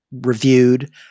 reviewed